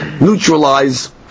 neutralize